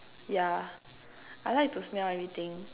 yeah I like to smell everything